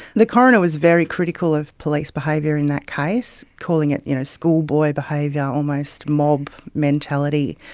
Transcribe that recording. the coroner was very critical of police behaviour in that case, calling it you know schoolboy behaviour, almost mob mentality,